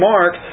Mark